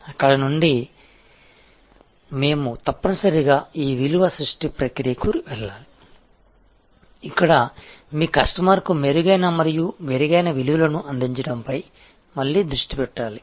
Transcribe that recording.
అక్కడ నుండి మేము తప్పనిసరిగా ఈ విలువ సృష్టి ప్రక్రియకు వెళ్లాలి ఇక్కడ మీ కస్టమర్కు మెరుగైన మరియు మెరుగైన విలువలను అందించడంపై మళ్లీ దృష్టి పెట్టాలి